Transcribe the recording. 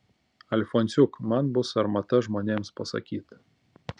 alfonsiuk man bus sarmata žmonėms pasakyt